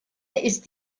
ist